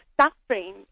suffering